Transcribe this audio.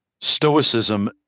stoicism